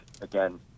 again